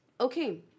Okay